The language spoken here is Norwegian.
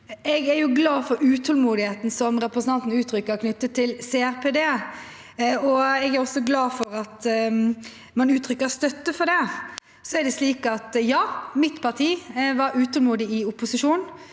Jeg er glad for utålmodigheten representanten uttrykker knyttet til CRPD, og jeg er også glad for at man uttrykker støtte til det. Ja, mitt parti var utålmodig i opposisjon.